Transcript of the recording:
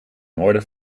noorden